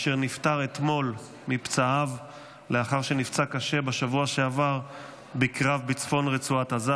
אשר נפטר אתמול מפצעיו לאחר שנפצע קשה בשבוע שעבר בקרב בצפון רצועת עזה,